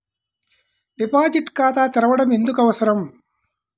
Deposit ఖాతా తెరవడం ఎందుకు అవసరం?